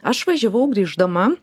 aš važiavau grįždama